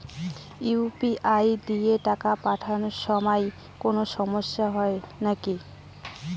UPI দিয়া টাকা পাঠের সময় কোনো সমস্যা হয় নাকি?